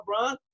LeBron